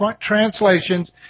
translations